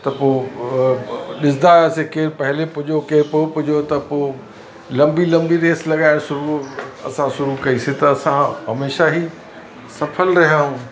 त पोइ ॾिसंदा हुआसीं की पहिले पुॼो खे पोइ पुॼियो त पोइ लंबी लंबी रेस लॻाए सुबुहु असां शुरू कइसीं त असां हमेशा ई सफल रहियूं